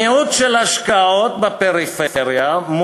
מיעוט השקעות בפריפריה,